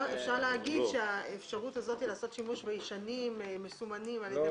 אפשר להגיד שהאפשרות לעשות שימוש בישנים מסומנים על ידי